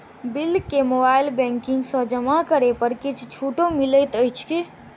Bill केँ mobile banking सँ जमा करै पर किछ छुटो मिलैत अछि की?